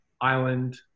island